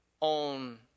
on